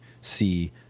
see